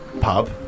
pub